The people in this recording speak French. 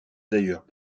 d’ailleurs